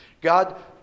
God